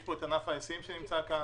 כמו ענף ההיסעים שנמצא כאן.